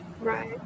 Right